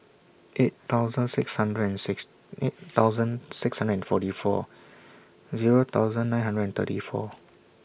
eight thousand six hundred and six eight thousand six hundred and forty four Zero thousand nine hundred and thirty four